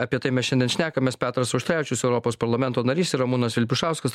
apie tai mes šiandien šnekamės petras auštrevičius europos parlamento narys ir ramūnas vilpišauskas